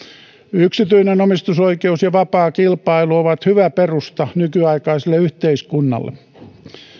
yksityinen omistusoikeus ja vapaa kilpailu ovat hyvä perusta nykyaikaiselle yhteiskunnalle